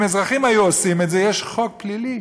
אם אזרחים היו עושים את זה, יש חוק פלילי